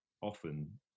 often